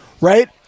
Right